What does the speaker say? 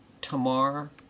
Tamar